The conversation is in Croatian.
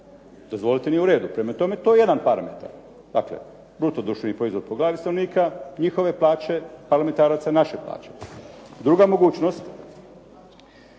Dozvolite nije u redu. Prema tome, to je jedan parametar. Dakle, bruto društveni proizvod po glavi stanovnika, njihove plaće parlamentaraca, naše plaće. Druga mogućnost,